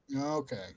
Okay